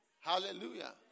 Hallelujah